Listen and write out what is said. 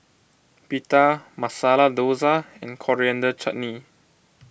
Pita Masala Dosa and Coriander Chutney